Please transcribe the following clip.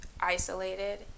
isolated